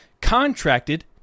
contracted